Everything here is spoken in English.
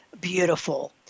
beautiful